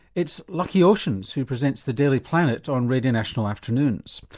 it's lucky oceans who presents the daily planet on radio national afternoons.